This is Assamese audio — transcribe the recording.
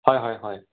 হয় হয় হয়